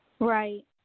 right